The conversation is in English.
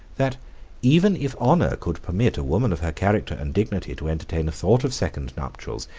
that even if honor could permit a woman of her character and dignity to entertain a thought of second nuptials,